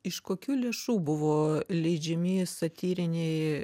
iš kokių lėšų buvo leidžiami satyriniai